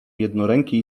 jednoręki